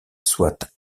soit